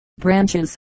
Branches